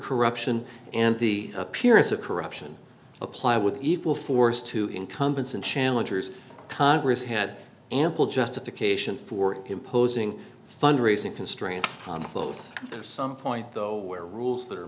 corruption and the appearance of corruption apply with equal force to incumbents and challengers congress had ample justification for imposing fundraising constraints on both some point though there are rules that are